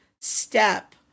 step